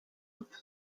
with